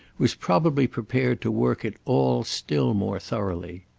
was probably prepared to work it all still more thoroughly.